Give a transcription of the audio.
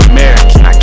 American